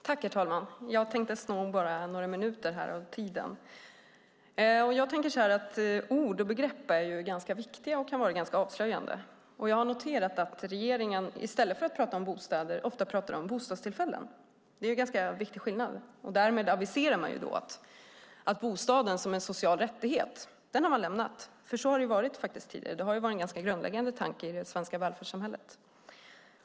Herr talman! Ord och begrepp är viktiga och avslöjande. Jag har noterat att regeringen i stället för att prata om bostäder ofta pratar om bostadstillfällen. Det är en viktig skillnad. Därmed aviserar man att man har lämnat uppfattningen om bostaden som en social rättighet. Så har det varit tidigare. Det har varit en grundläggande tanke i det svenska välfärdssamhället.